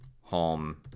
Home